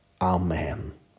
Amen